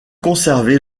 conservé